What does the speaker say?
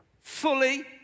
fully